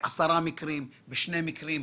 האם בעשרה מקרים, בשני מקרים,